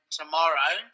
tomorrow